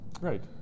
Right